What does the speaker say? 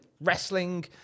wrestling